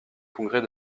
congrès